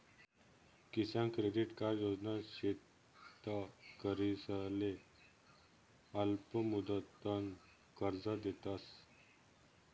किसान credit card योजना शेतकरीसले अल्पमुदतनं कर्ज देतस